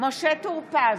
משה טור פז,